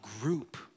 group